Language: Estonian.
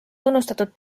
tunnustatud